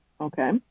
Okay